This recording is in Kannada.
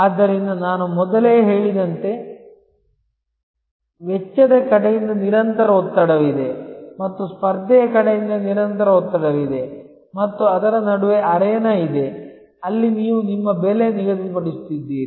ಆದ್ದರಿಂದ ನಾನು ಮೊದಲೇ ಹೇಳಿದಂತೆ ವೆಚ್ಚದ ಕಡೆಯಿಂದ ನಿರಂತರ ಒತ್ತಡವಿದೆ ಮತ್ತು ಸ್ಪರ್ಧೆಯ ಕಡೆಯಿಂದ ನಿರಂತರ ಒತ್ತಡವಿದೆ ಮತ್ತು ಅದರ ನಡುವೆ ಅರೇನಾ ಇದೆ ಅಲ್ಲಿ ನೀವು ನಿಮ್ಮ ಬೆಲೆ ನಿಗದಿಪಡಿಸುತ್ತಿದ್ದೀರಿ